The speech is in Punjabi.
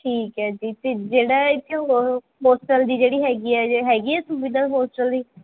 ਠੀਕ ਹੈ ਜੀ ਅਤੇ ਜਿਹੜਾ ਇੱਥੇਥੇ ਹੋ ਹੋਸਟਲ ਦੀ ਜਿਹੜੀ ਹੈਗੀ ਆ ਜੇ ਹੈਗੀ ਸੁਵਿਧਾ ਹੋਸਟਲ ਦੀ